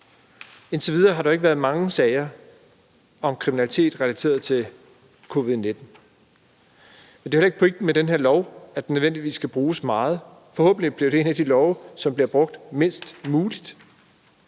Indtil videre har der ikke været mange sager om kriminalitet relateret til covid-19, men det er heller ikke pointen med den her lov, at den nødvendigvis skal bruges meget – forhåbentlig bliver det en af de love, som bliver brugt mindst muligt.